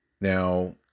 Now